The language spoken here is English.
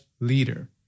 leader